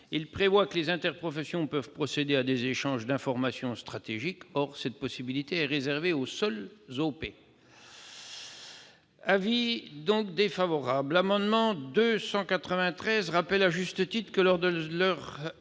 Il prévoit que les interprofessions peuvent procéder à des échanges d'informations stratégiques. Or cette possibilité est réservée aux seules OP. Avis défavorable. L'amendement n° 293 rectifié rappelle à juste titre que, lors de leur